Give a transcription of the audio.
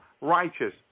righteous